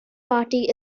party